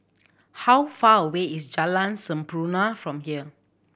how far away is Jalan Sampurna from here